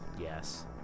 Yes